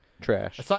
Trash